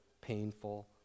painful